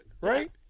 right